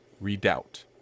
Redoubt